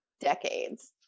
decades